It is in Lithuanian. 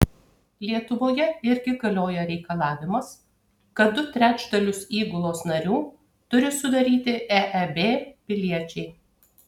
lietuvoje irgi galioja reikalavimas kad du trečdalius įgulos narių turi sudaryti eeb piliečiai